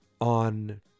on